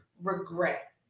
regret